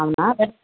అవునా